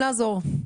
לעזור,